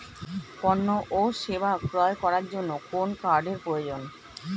পণ্য ও সেবা ক্রয় করার জন্য কোন কার্ডের প্রয়োজন?